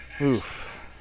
Oof